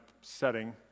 setting